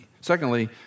Secondly